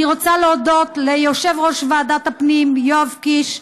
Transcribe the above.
אני רוצה להודות ליושב-ראש ועדת הפנים יואב קיש,